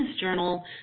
Journal